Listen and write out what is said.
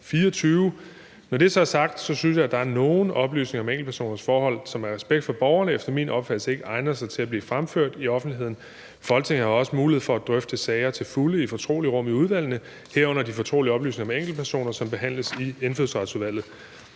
Når det så er sagt, synes jeg, at der er nogle oplysninger om enkeltpersoners forhold, som af respekt for borgerne efter min opfattelse ikke egner sig til at blive fremført i offentligheden. Folketinget har også mulighed for at drøfte sager til fulde i et fortroligt rum i udvalgene, herunder de fortrolige oplysninger om enkeltpersoner, som behandles i Indfødsretsudvalget.